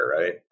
right